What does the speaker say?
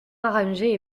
arrangé